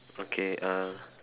okay uh